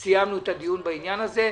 סיימנו את הדיון בדיון הזה.